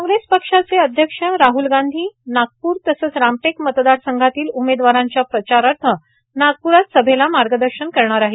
काँग्रेस पक्षाचे अध्यक्ष राहुल गांधी नागपूर तसंच रामटेक मतदारसंघातील उमेदवारांच्या प्रचारार्थ आयोजित सभेला मार्गदर्शन करणार आहेत